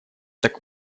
так